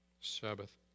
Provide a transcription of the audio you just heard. Sabbath